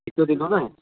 ଶୀତଦିନ ନା